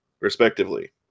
respectively